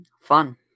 Fun